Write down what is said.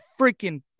freaking